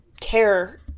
care